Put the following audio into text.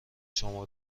شما